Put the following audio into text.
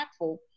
impactful